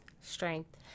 strength